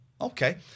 Okay